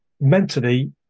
mentally